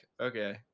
okay